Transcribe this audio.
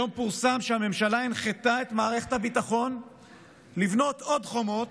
היום פורסם שהממשלה הנחתה את מערכת הביטחון לבנות עוד חומות,